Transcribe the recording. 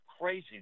crazy